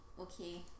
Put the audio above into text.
Okay